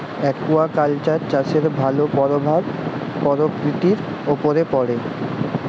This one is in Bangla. একুয়াকালচার চাষের ভালো পরভাব পরকিতির উপরে পড়ে